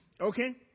Okay